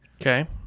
Okay